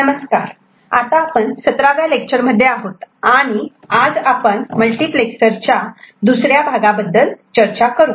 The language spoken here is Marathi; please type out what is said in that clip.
नमस्कार आता आपण सतराव्या लेक्चर मध्ये आहोत आणि आज आपण मल्टिप्लेक्सर च्या दुसऱ्या भागाबद्दल चर्चा करू